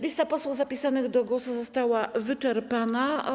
Lista posłów zapisanych do głosu została wyczerpana.